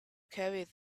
carried